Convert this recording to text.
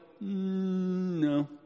no